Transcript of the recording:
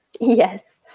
Yes